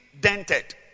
dented